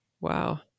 Wow